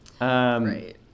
Right